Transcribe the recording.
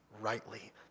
rightly